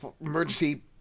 emergency